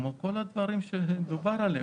כמו כל הדברים שדובר עליהם.